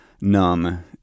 numb